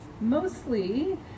mostly